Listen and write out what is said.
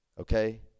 okay